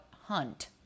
Hunt